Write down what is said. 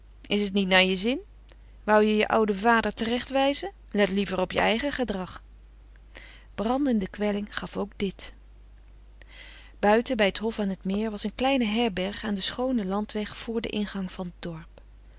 is t niet naar je zin wou je je ouden vader terecht wijzen let liever op je eigen gedrag brandende kwelling gaf ook dit buiten bij t hof aan t meer was een kleine herberg aan den schoonen landweg vr den ingang van t dorp